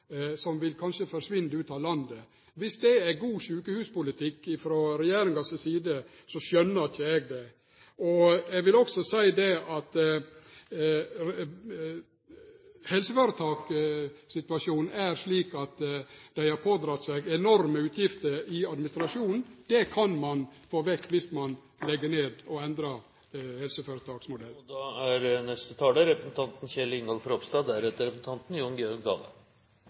Dermed vil ein stå utan det spesialfeltet som dei har, kikholsoperasjonar, det vil kanskje forsvinne ut av landet. Viss det er god sjukehuspolitikk frå regjeringa si side, skjønnar ikkje eg det. Eg vil også seie at helseføretakssituasjonen er slik at dei har skaffa seg enorme utgifter i administrasjon. Det kan ein få vekk viss ein legg ned og